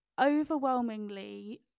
overwhelmingly